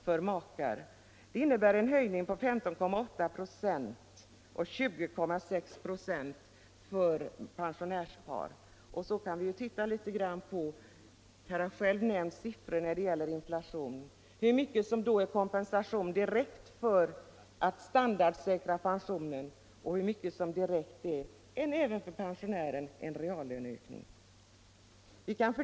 för makar, vilket betyder en ökning med 15,8 96 resp. 20,6 96. Vi kan ju titta på hur mycket av dessa höjningar som är kompensation för inflationen — dvs. en direkt standardsäkring av pensionen — och hur mycket som även för pensionärer innebär en reallöneökning.